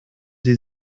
sie